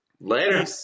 Later